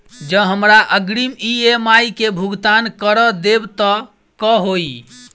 जँ हमरा अग्रिम ई.एम.आई केँ भुगतान करऽ देब तऽ कऽ होइ?